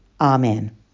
Amen